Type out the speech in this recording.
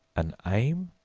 an aim?